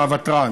הוותרן,